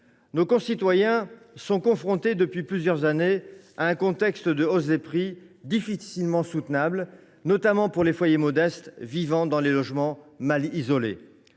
nos concitoyens font face à un contexte de hausse des prix difficilement soutenable, notamment pour les foyers modestes vivant dans des logements mal isolés.